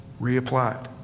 reapplied